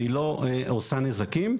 והיא לא עושה נזקים,